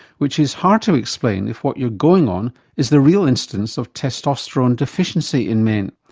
which is hard to explain if what you're going on is the real incidence of testosterone deficiency in men.